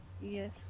Yes